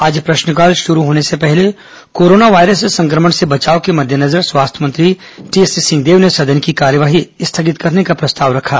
आज प्रश्नकाल शुरू होने से पहले कोरोना वायरस संक्रमण से बचाव के मद्देनजर स्वास्थ्य मंत्री टीएस सिंहदेव ने सदन की कार्यवाही स्थगित करने का प्रस्ताव रखा